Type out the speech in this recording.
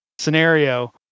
scenario